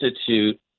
Institute